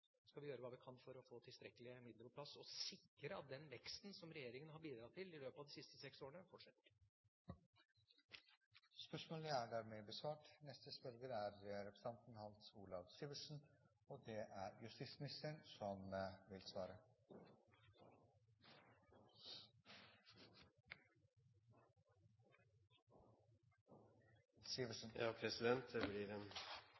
skal vi gjøre hva vi kan for å få tilstrekkelige midler på plass, og sikre at den veksten som regjeringa har bidratt til i løpet av de siste seks årene, fortsetter. Det blir en lang affære for justisministeren i dag: «Den 29. mai anholdt sikkerhetsvakter i regjeringskvartalet en mann som etter deres mening voldtok en